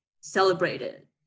celebrated